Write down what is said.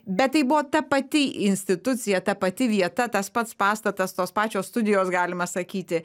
bet tai buvo ta pati institucija ta pati vieta tas pats pastatas tos pačios studijos galima sakyti